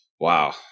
Wow